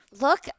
Look